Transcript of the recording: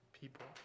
people